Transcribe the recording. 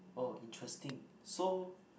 oh interesting so